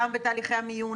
גם בתהליכי המיון,